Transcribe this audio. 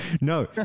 no